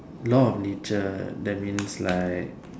law of nature that means like